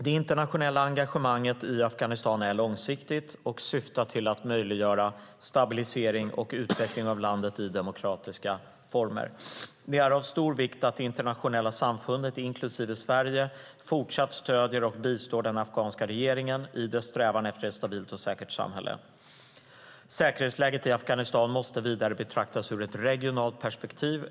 Det internationella engagemanget i Afghanistan är långsiktigt och syftar till att möjliggöra stabilisering och utveckling av landet i demokratiska former. Det är av stor vikt att det internationella samfundet, inklusive Sverige, fortsatt stöder och bistår den afghanska regeringen i dess strävan efter ett stabilt och säkert samhälle. Säkerhetsläget i Afghanistan måste vidare betraktas ur ett regionalt perspektiv.